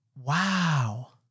Wow